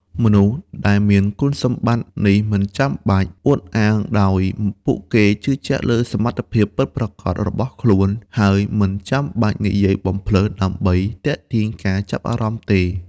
មនុស្សដែលមានគុណសម្បត្តិ នេះមិនចាំបាច់អួតអាងដោយពួកគេជឿជាក់លើសមត្ថភាពពិតប្រាកដរបស់ខ្លួន ហើយមិនចាំបាច់និយាយបំផ្លើសដើម្បីទាក់ទាញការចាប់អារម្មណ៍ទេ។